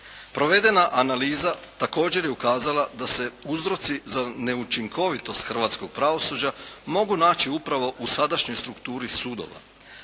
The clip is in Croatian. Provedena analiza također je ukazala da se uzroci za neučinkovitost hrvatskog pravosuđa mogu naći upravo u sadašnjoj strukturi sudova.